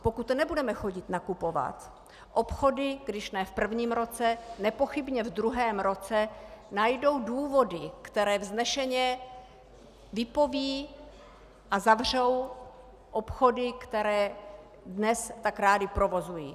Pokud nebudeme chodit nakupovat, obchody když ne v prvním roce, nepochybně ve druhém roce najdou důvody, které vznešeně vypoví a zavřou obchody, které dnes tak rády provozují.